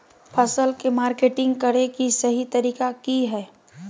फसल के मार्केटिंग करें कि सही तरीका की हय?